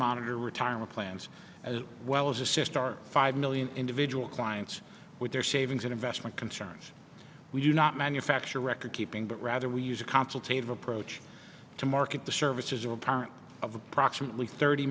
monitor retirement plans as well as assist our five million individual clients with their savings and investment concerns we do not manufacture recordkeeping but rather we use a consultation approach to market the services of a parent of approximately thirty